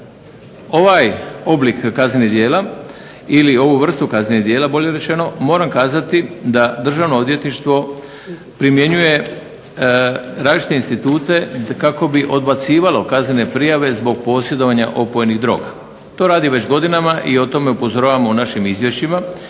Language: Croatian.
ovaj oblik kaznenih djela ili ovu vrstu kaznenih djela moram kazati da Državno odvjetništvo primjenjuje različite institute kako bi odbacivalo kaznene prijave zbog posjedovanja opojnih droga to radi već godinama i o tome upozoravam u našim izvješćima